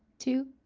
two,